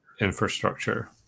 Infrastructure